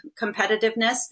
competitiveness